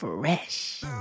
Fresh